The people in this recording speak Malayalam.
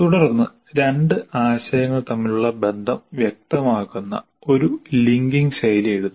തുടർന്ന് 2 ആശയങ്ങൾ തമ്മിലുള്ള ബന്ധം വ്യക്തമാക്കുന്ന ഒരു ലിങ്കിംഗ് ശൈലി എഴുതുക